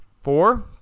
Four